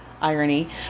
irony